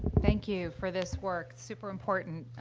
thank you for this work, super important.